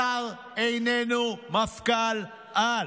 השר איננו מפכ"ל-על,